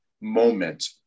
moment